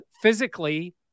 Physically